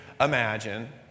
imagine